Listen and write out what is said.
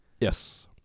yes